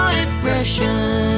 depression